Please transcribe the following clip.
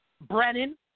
Brennan